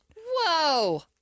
Whoa